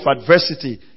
adversity